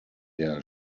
der